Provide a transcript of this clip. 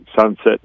sunset